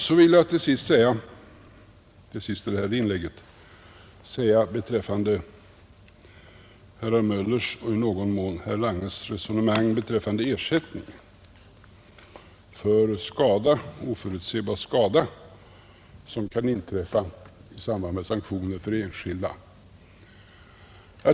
Till sist — i det här inlägget — vill jag säga några ord beträffande herr Möllers i Gävle och i någon mån herr Langes resonemang om ersättning för oförutsebar skada som kan inträffa för enskilda i samband med sanktioner.